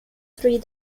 three